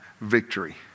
victory